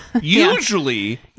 Usually